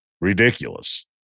ridiculous